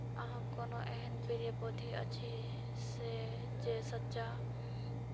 अहाँ कोनो एहन प्रिय पोथी अछि से जे सच्चा